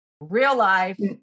real-life